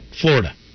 Florida